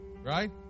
Right